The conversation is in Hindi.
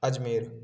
अजमेर